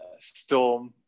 storm